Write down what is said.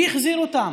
מי החזיר אותן?